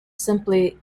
simply